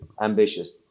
ambitious